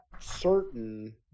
certain